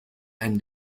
and